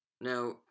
Now